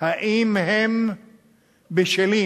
אם הם בשלים